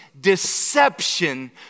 deception